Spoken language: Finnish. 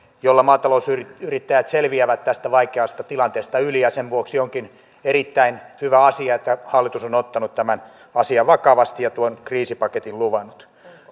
joilla maatalousyrittäjät selviävät tästä vaikeasta tilanteesta yli ja sen vuoksi onkin erittäin hyvä asia että hallitus on ottanut tämän asian vakavasti ja tuon kriisipaketin luvannut